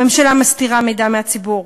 הממשלה מסתירה מידע מהציבור,